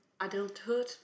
adulthood